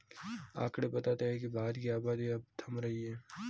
आकंड़े बताते हैं की भारत की आबादी अब थम रही है